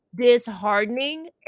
disheartening